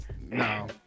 No